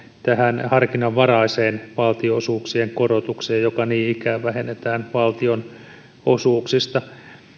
tähän harkinnanvaraiseen valtionosuuksien korotukseen joka niin ikään vähennetään valtionosuuksista